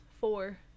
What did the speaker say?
Four